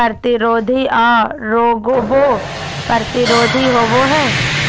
प्रतिरोधी आ रोगबो प्रतिरोधी होबो हई